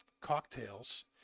cocktails